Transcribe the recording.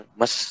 mas